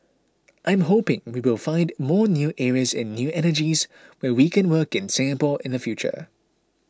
I'm hoping we will find more new areas in new energies where we can work in Singapore in the future